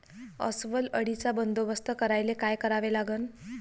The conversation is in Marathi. अस्वल अळीचा बंदोबस्त करायले काय करावे लागन?